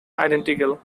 identical